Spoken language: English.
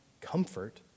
comfort